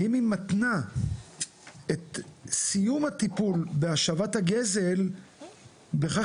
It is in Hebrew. האם היא מתנה את סיום הטיפול בהשבת הגזל בכך